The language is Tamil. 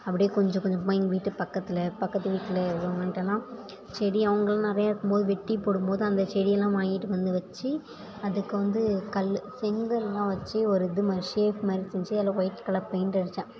அப்படியே கொஞ்சம் கொஞ்சமாக எங்கள் வீட்டு பக்கத்தில் பக்கத்து வீட்டில் உள்ளவங்கள்ட்டலாம் செடி அவங்களும் நிறையா இருக்கும்போது வெட்டிப் போடும்போது அந்த செடியெல்லாம் வாங்கிட்டு வந்து வெச்சு அதுக்கு வந்து கல் செங்கலெல்லாம் வெச்சு ஒரு இதுமாதிரி ஷேஃப் மாதிரி செஞ்சு அதில் ஒயிட் கலர் பெயிண்ட் அடித்தேன்